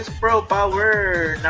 ah but were